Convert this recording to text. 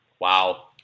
Wow